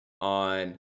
on